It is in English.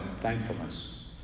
thankfulness